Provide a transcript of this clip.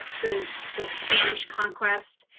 the the spanish conquest,